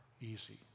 easy